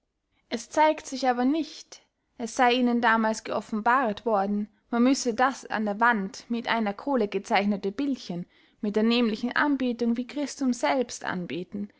es zeigt sich aber nicht es sey ihnen damals geoffenbaret worden man müsse das an der wand mit einer kohle gezeichnete bildchen mit der nämlichen anbetung wie christum selbst anbeten